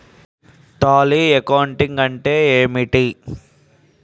Tally accounting అంటే ఏమిటి?